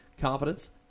confidence